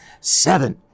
seven